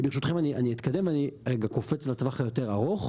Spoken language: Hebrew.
ברשותכם אני אתקדם ואני רגע קופץ לטווח היותר ארוך.